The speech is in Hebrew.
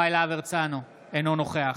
אינו נוכח